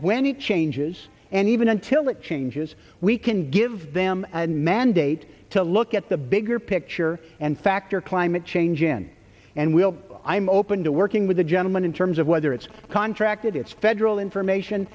when it changes and even until it changes we can give them a new mandate to look at the bigger picture and factor climate change in and we'll i'm open to working with the gentleman in terms of whether it's contracted it's federal information